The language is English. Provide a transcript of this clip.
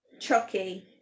Chucky